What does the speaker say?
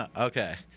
Okay